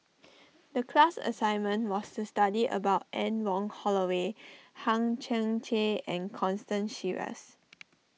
the class assignment was to study about Anne Wong Holloway Hang Chang Chieh and Constance Sheares